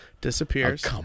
disappears